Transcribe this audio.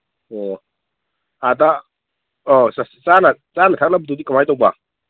ꯑꯣ ꯑꯥꯗ ꯑꯥ ꯆꯥꯅ ꯆꯥꯅ ꯊꯛꯅꯕꯗꯨꯗꯤ ꯀꯃꯥꯏ ꯇꯧꯕ